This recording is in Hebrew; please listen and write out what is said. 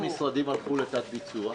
איזה משרדים הלכו לתת-ביצוע?